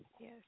Yes